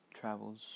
travels